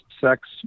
sex